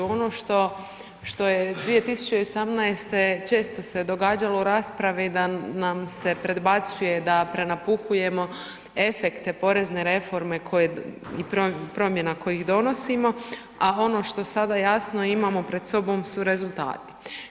Ono što je 2018. često se događalo u raspravi da nam se predbacuje da prenapuhujemo efekte porezne reforme koje i promjena koje donosimo a ono što sada jasno imamo pred sobom su rezultati.